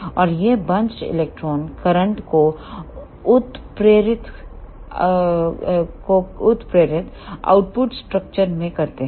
और यह बंचड इलेक्ट्रॉनों करंट को उत्प्रेरित आउटपुट स्ट्रक्चर में करते हैं